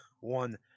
one